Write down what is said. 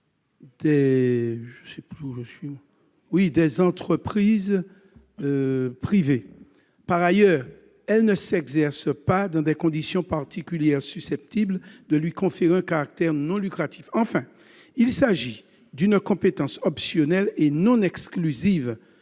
des entreprises privées. Par ailleurs, elle ne s'exerce pas dans des conditions particulières susceptibles de lui conférer un caractère non lucratif. Enfin, il s'agit d'une compétence optionnelle et non exclusive